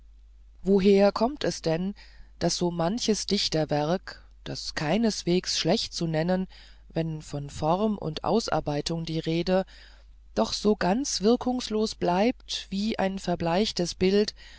woher kommt es denn daß so manches dichterwerk das keinesweges schlecht zu nennen wenn von form und ausarbeitung die rede doch so ganz wirkungslos bleibt wie ein verbleichtes bild